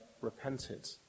repented